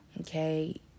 Okay